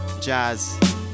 jazz